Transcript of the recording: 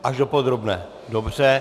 Až do podrobné, dobře.